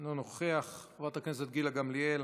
אינו נוכח, חברת הכנסת גילה גמליאל,